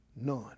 None